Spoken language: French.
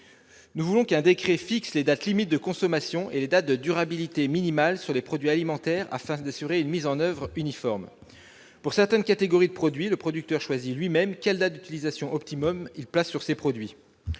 Nous voulons qu'un décret fixe les dates limites de consommation et les dates de durabilité minimales sur les produits alimentaires, afin d'assurer une mise en oeuvre uniforme. Pour certaines catégories de produits, le producteur choisit lui-même la date d'utilisation optimale qu'il place sur ses produits.